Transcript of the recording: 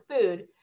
food